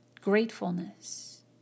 Gratefulness